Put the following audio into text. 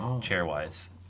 chair-wise